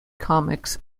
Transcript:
comics